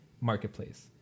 marketplace